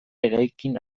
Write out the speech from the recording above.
eraikin